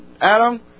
Adam